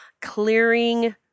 clearing